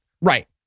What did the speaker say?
Right